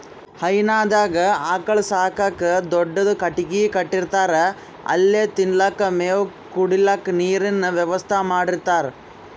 ಹೈನಾದಾಗ್ ಆಕಳ್ ಸಾಕಕ್ಕ್ ದೊಡ್ಡದ್ ಕೊಟ್ಟಗಿ ಕಟ್ಟಿರ್ತಾರ್ ಅಲ್ಲೆ ತಿನಲಕ್ಕ್ ಮೇವ್, ಕುಡ್ಲಿಕ್ಕ್ ನೀರಿನ್ ವ್ಯವಸ್ಥಾ ಮಾಡಿರ್ತಾರ್